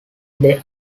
they